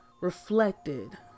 reflected